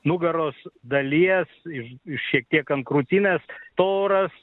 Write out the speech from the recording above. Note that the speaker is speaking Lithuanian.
nugaros dalies ir šiek tiek ant krūtinės storas